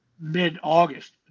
mid-August